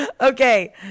Okay